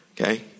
Okay